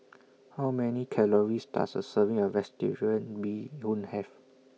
How Many Calories Does A Serving of Bee Hoon Have